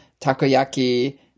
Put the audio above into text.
takoyaki